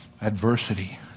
Adversity